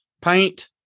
paint